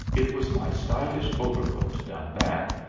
it was my stylish overcoat done that,